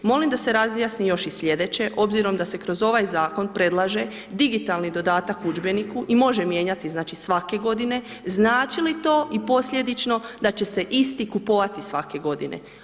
Molim da se razjasni još i slijedeće, obzirom da se kroz ovaj Zakon predlaže digitalni dodatak udžbeniku i može mijenjati, znači, svake godine, znači li to i posljedično da će se isti kupovati svake godine?